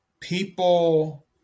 people